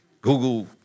Google